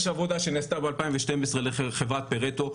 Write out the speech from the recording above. יש עבודה שנעשתה ב-2012 על ידי חברת פרטו,